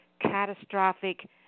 catastrophic